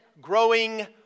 growing